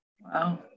Wow